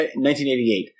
1988